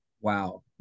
Wow